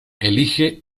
elige